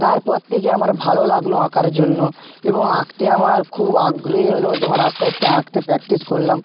তারপর থেকে আমার ভালো লাগলো আঁকার জন্য এবং আঁকতে আমার খুব আগ্রহী হল যখন আস্তে আস্তে আঁকতে প্র্যাকটিস করলাম